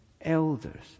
elders